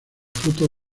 fruto